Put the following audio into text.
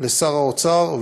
לשר האוצר.